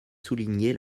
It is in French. souligné